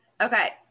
Okay